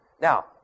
Now